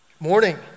Morning